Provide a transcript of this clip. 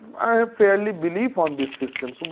fairly believe on this system. so